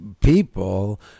people